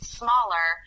smaller